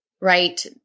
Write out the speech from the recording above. right